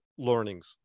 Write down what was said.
learnings